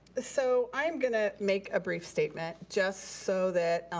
so i am gonna make a brief statement, just so that